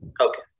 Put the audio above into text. Okay